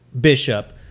bishop